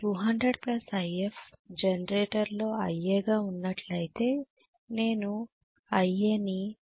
కాబట్టి 200If జనరేటర్లో Ia గా ఉన్నట్లేతే నేను Ia ని 202